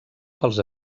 pels